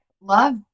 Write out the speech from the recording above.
love